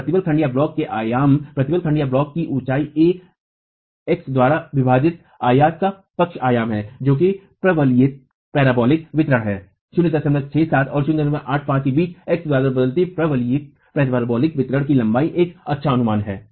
और प्रतिबल खंडब्लॉक के आयाम प्रतिबल खंडब्लॉक की लंबाई a x द्वारा विभाजित आयत का पक्ष आयाम है जो कि परवलयिक वितरण है 067 और 085 के बीच x द्वारा बदलती परवलयिक वितरण की लंबाई एक अच्छा अनुमान है